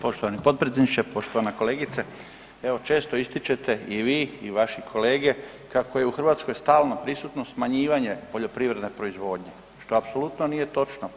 Poštovani potpredsjedniče, poštovana kolegice, evo često ističete i vi i vaši kolege kako je u Hrvatskoj stalno prisutno smanjivanje poljoprivredne proizvodnje što apsolutno nije točno.